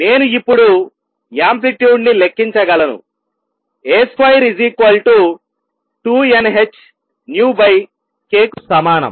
నేను ఇప్పుడు యాంప్లిట్యూడ్ ని లెక్కించగలను A2 2 n h nuk కు సమానం